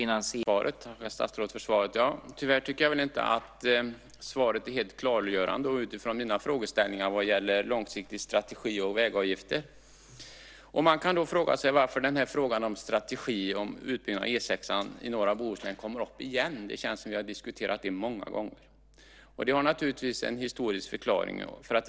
Fru talman! Jag vill börja med att tacka statsrådet för svaret. Tyvärr tycker jag inte att svaret är helt klargörande utifrån mina frågeställningar vad gäller långsiktig strategi och vägavgifter. Man kan fråga sig varför frågan om strategi och utbyggnad av E 6:an i norra Bohuslän kommer upp igen. Det känns som om vi har diskuterat det många gånger. Det har naturligtvis en historisk förklaring.